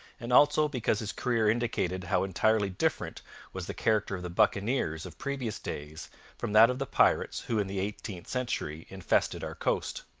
and also because his career indicated how entirely different was the character of the buccaneers of previous days from that of the pirates who in the eighteenth century infested our coast.